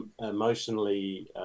emotionally